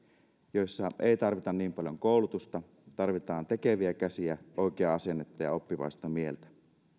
joissa ei tarvita niin paljon koulutusta tarvitaan tekeviä käsiä oikeaa asennetta ja oppivaista mieltä